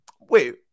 Wait